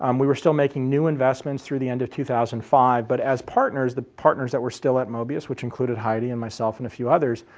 um we were still making new investments through the end of two thousand and five, but as partners the partners that were still at mobius which included heidi and myself and a few others,